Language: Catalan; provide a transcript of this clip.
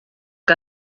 que